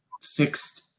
fixed